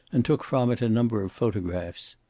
and took from it a number of photographs.